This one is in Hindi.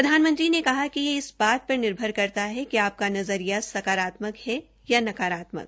प्रधानमंत्री ने कहा कि यह इस बात पर निर्भर करता है कि आपका नज़रिया सकारात्मक है या नकारात्मक